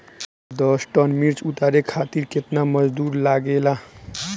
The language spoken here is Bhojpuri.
दस टन मिर्च उतारे खातीर केतना मजदुर लागेला?